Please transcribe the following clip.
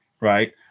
right